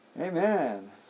Amen